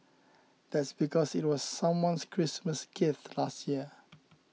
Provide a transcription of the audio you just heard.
that's because it was someone's Christmas gift last year